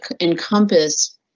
encompass